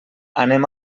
anem